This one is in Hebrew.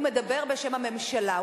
הוא מדבר בשם הממשלה,